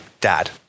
Dad